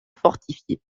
fortifiées